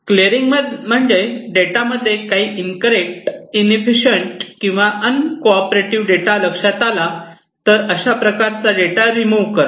clearing म्हणजे डेटामध्ये काही इन्करेक्ट इनशफीशीयंट किंवा अन् को ऑपरेटिव्ह डेटा लक्षात आला तर अशा प्रकारचा डेटा रिमुव्ह करणे